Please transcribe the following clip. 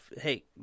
Hey